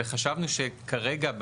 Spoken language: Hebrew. וחשבנו שכרגע,